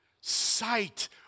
sight